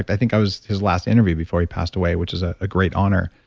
i think i was his last interview before he passed away, which is a great honor,